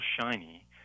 shiny